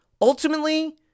Ultimately